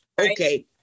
okay